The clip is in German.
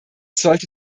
sollte